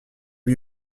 lui